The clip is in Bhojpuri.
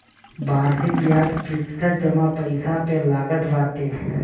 वार्षिक बियाज प्रतिशत जमा पईसा पे लागत बाटे